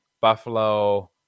Buffalo